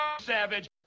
Savage